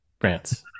france